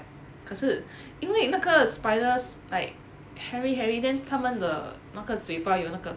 可是因为那个 spiders like hairy hairy then 他们的那个嘴巴有那个